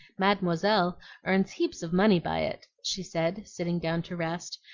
mademoiselle earns heaps of money by it, she said, sitting down to rest,